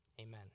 Amen